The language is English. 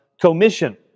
commission